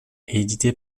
édité